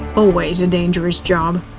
always a dangerous job.